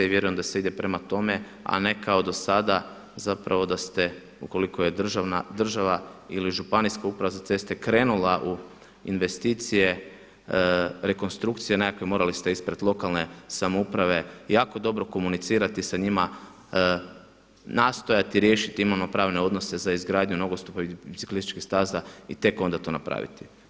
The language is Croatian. I vjerujem da se ide prema tome a ne kao do sada zapravo da ste ukoliko je država ili županijska uprava za ceste krenula u investicije rekonstrukcije nekakve, morali ste ispred lokalne samouprave jako dobro komunicirati sa njima, nastojati riješiti … pravne odnose za izgradnju nogostupa i biciklističkih staza i tek onda to napraviti.